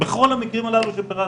בכל המקרים הללו שפירטתי.